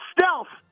Stealth